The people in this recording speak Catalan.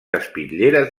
espitlleres